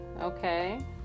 okay